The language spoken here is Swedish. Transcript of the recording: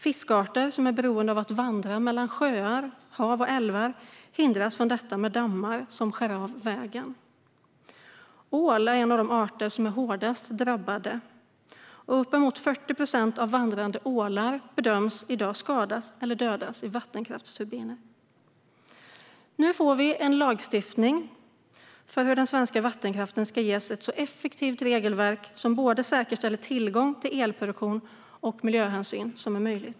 Fiskarter som är beroende av att vandra mellan sjöar, hav och älvar hindras från detta med dammar som skär av vägen. Ål är en av de arter som är hårdast drabbade, och uppemot 40 procent av vandrande ålar bedöms i dag skadas eller dödas i vattenkraftsturbiner. Nu får vi en lagstiftning för hur den svenska vattenkraften ska ges ett effektivt regelverk som säkerställer både tillgång till elproduktion och den miljöhänsyn som är möjlig.